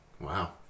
Wow